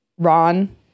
Ron